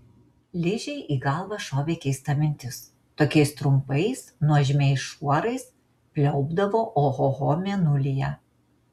ližei į galvą šovė keista mintis tokiais trumpais nuožmiais šuorais pliaupdavo ohoho mėnulyje